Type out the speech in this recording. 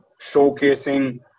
showcasing